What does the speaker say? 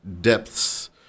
depths